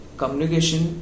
communication